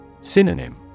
Synonym